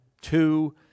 two